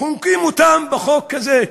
חונקים אותם בחוק כזה.